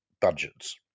budgets